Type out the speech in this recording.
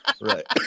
right